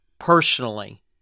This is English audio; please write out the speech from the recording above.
personally